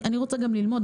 אני רוצה גם ללמוד.